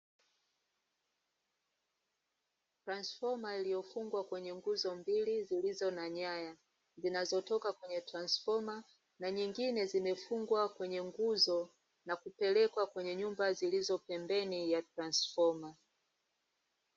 Transfoma iliyofungwa kwenye nguzo mbili zilizo na nyaya, zinazotoka kwenye transfoma na nyingine zimefungwa kwenye nguzo na kupelekwa kwenye nyumba zilizo pembeni ya transfoma.